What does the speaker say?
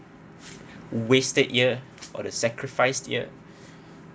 wasted year or the sacrificed year